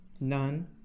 none